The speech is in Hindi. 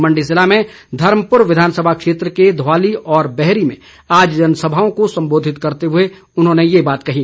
मंडी जिले में धर्मपुर विधानसभा क्षेत्र के धवाली और बहरी में आज जनसभाओं को संबोधित करते हुए उन्होंने ये बात कही